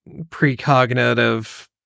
precognitive